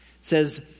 says